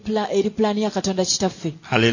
Hallelujah